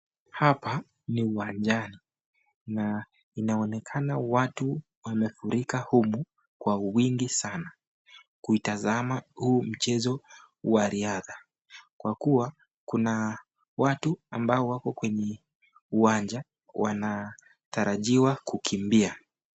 Hapa ni uwanja. Na inaonekana watu wamefurika humu kwa wingi sana. Kuitazama huu mchezo wa riadha. Kwa kuwa kuna watu ambao wako kwenye uwanja wanatarajiwa kukimbia.